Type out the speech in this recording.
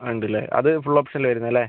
ആ ഉണ്ടല്ലേ അത് ഫുൾ ഓപ്ഷനിൽ വരുന്നത് അല്ലേ